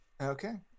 okay